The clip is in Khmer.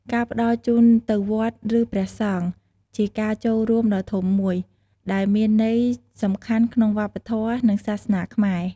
ការផ្តល់ជូនទៅវត្ត ឬព្រះសង្ឃ ជាការចូលបុណ្យដ៏ធំមួយ ដែលមានន័យសំខាន់ក្នុងវប្បធម៌ និងសាសនាខ្មែរ។